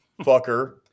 fucker